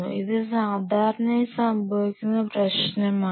ഇത് സാധാരണയായി സംഭവിക്കുന്ന ഒരു പ്രശ്നമാണ്